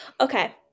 Okay